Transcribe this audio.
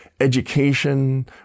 education